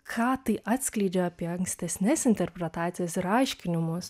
ką tai atskleidžia apie ankstesnes interpretacijas ir aiškinimus